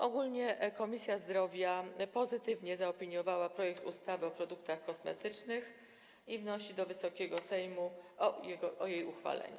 Ogólnie Komisja Zdrowia pozytywnie zaopiniowała projekt ustawy o produktach kosmetycznych i wnosi do Wysokiego Sejmu o jej uchwalenie.